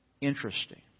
interesting